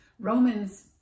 romans